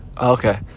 Okay